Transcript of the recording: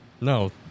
no